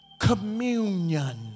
communion